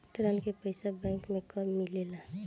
ऋण के पइसा बैंक मे कब मिले ला?